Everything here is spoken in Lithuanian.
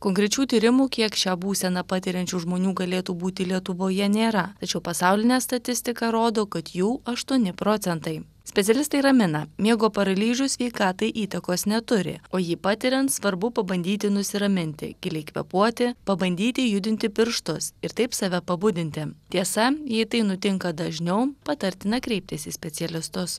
konkrečių tyrimų kiek šią būseną patiriančių žmonių galėtų būti lietuvoje nėra tačiau pasaulinė statistika rodo kad jų aštuoni procentai specialistai ramina miego paralyžius sveikatai įtakos neturi o jį patiriant svarbu pabandyti nusiraminti giliai kvėpuoti pabandyti judinti pirštus ir taip save pabudinti tiesa jei tai nutinka dažniau patartina kreiptis į specialistus